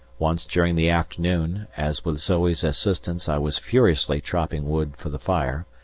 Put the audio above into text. once during the afternoon, as with zoe's assistance i was furiously chopping wood for the fire,